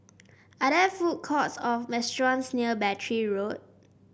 are there food courts or restaurants near Battery Road